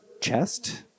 chest